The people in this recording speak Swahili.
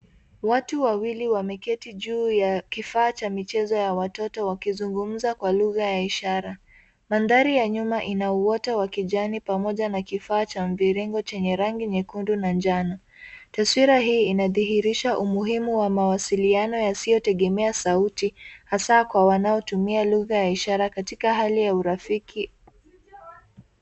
Watu wawili wameketi juu ya kifaa cha michezo ya watoto wakizungumza kwa lugha ya ishara. Mandhari ya nyuma ina uoto wa kijani pamoja na kifaa cha mviringo chenye rangi nyekundu na njano. Taswira hii inadhihirisha umuhimu wa mawasiliano yasiyotegemea sauti hasa kwa wanaotumia lugha ya ishara katika hali ya urafiki.